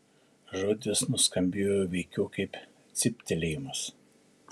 žodis nuskambėjo veikiau kaip cyptelėjimas